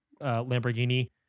Lamborghini